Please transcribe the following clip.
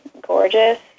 gorgeous